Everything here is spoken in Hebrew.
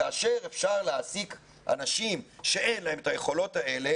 כאשר אפשר להעסיק אנשים שאין להם את היכולות האלה